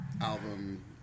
album